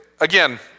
Again